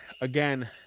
again